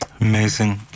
Amazing